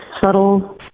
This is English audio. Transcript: subtle